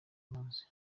munsi